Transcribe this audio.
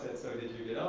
so did you get on?